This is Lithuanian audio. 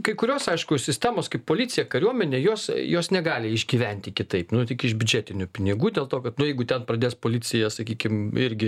kai kurios aišku sistemos kaip policija kariuomenė jos jos negali išgyventi kitaip tik iš biudžetinių pinigų dėl to kad nu jeigu ten pradės policija sakykim irgi